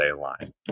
line